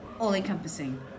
all-encompassing